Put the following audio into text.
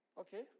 okay